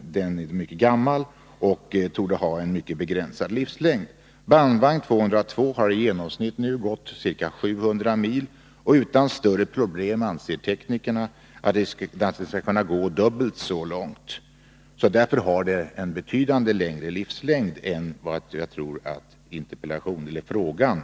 den är mycket gammal och torde ha en mycket begränsad livslängd. Bandvagn 202 har nu i genomsnitt gått ca 700 mil, och teknikerna anser att den utan större problem skall kunna gå dubbelt så långt. Därför har den en betydligt längre livslängd än vad som antyds i frågan.